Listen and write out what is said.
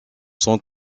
son